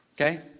Okay